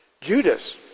Judas